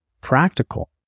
practical